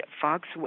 Fox